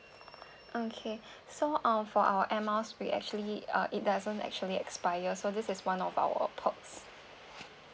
okay so uh for our air miles we actually uh it doesn't actually expire so this is one of our perks